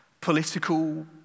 political